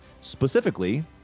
specifically